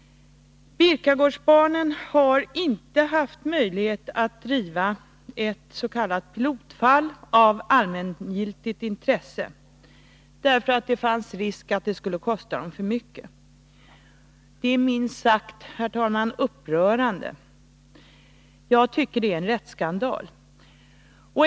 Birkagårdsbarnen har inte haft möjlighet att driva ett s.k. pilotfall av allmängiltigt intresse, därför att det fanns risk för att det skulle kosta dem för mycket. Det är, herr talman, minst sagt upprörande. Jag tycker att det är en rättsskandal.